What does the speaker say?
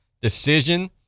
decision